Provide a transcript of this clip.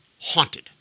Haunted